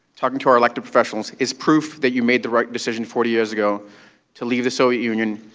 talking to our elected officials is proof that you made the right decision forty years ago to leave the soviet union,